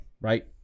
right